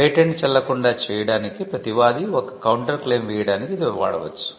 patent చెల్లకుండా చేయడానికి ప్రతివాది ఒక కౌంటర్ క్లెయిమ్ వేయడానికి ఇది వాడవచ్చు